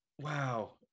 wow